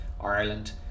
Ireland